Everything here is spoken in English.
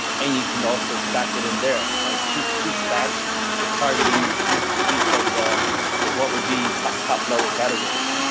and you can also stack it in there right to to stack targeting each each of the what what would be top top level categories.